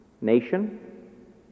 nation